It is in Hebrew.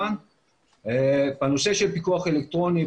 בנושא של פיקוח אלקטרוני,